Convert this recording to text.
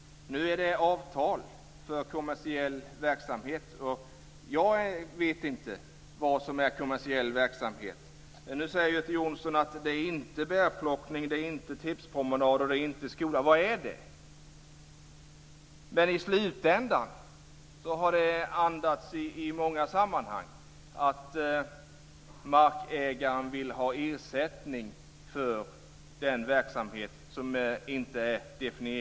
Det är avtal för kommersiell verksamhet. Jag vet inte vad som är kommersiell verksamhet. Nu säger Göte Jonsson att det inte är bärplockning, inte tipspromenad och inte skola. Vad är det? I slutändan har det i många sammanhang andats att markägaren vill ha ersättning för den verksamhet som inte är definierad.